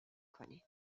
کنید